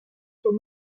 faut